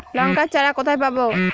লঙ্কার চারা কোথায় পাবো?